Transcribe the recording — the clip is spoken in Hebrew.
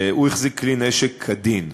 הוא החזיק נשק כדין.